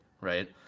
right